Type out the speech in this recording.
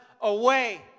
away